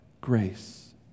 grace